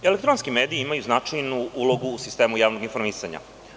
Elektronski mediji imaju značajnu ulogu u sistemu javnog informisanja.